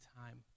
time